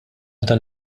dan